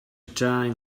time